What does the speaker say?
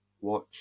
watch